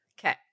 Okay